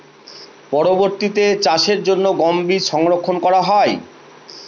পরবর্তিতে চাষের জন্য গম বীজ সংরক্ষন করা হয়?